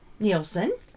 Nielsen